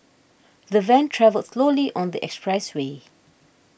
the van travelled slowly on the expressway